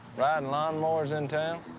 ah and lawn mowers in town?